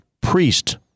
priest